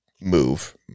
move